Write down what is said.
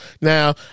Now